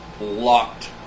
locked